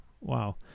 wow